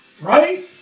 Right